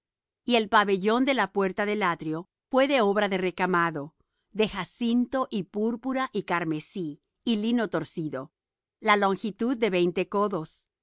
y el pabellón de la puerta del atrio fue de obra de recamado de jacinto y púrpura y carmesí y lino torcido la longitud de veinte codos